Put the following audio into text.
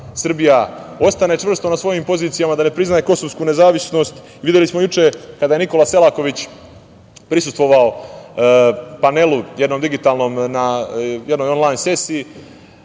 Srbija ostane čvrsto na svojim pozicijama, da ne priznaje kosovsku nezavisnost. Videli smo juče kada je Nikola Selaković prisustvovao panelu jednom digitalnom na jednoj onlajn sesiji